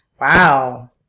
Wow